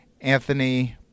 anthony